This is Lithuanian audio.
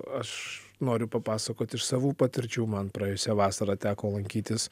aš noriu papasakot iš savų patirčių man praėjusią vasarą teko lankytis